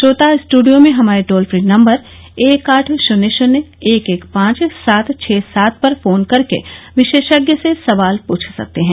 श्रोता स्ट्डियो में हमारे टोल फ्री नम्बर एक आठ शुन्य शुन्य एक एक पांच सात छः सात पर फोन करके विशेषज्ञ से सवाल पूछ सकते हैं